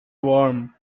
warm